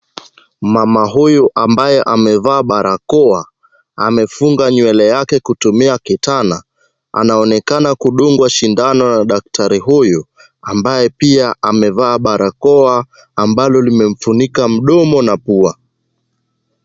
Mama huyu ambaye amevaa barakoa, amefunga nywele yake kutumia kitana. Anaonekana kudungwa sindano na daktari huyu ambaye pia amevaa barakoa ambalo limemfunika mdomo na pua.